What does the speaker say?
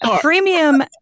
premium